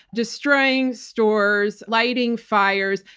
destroying stores, lighting fires,